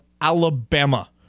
Alabama